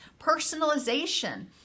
personalization